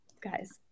Guys